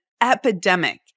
epidemic